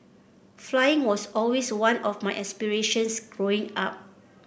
flying was always one of my aspirations Growing Up